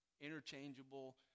interchangeable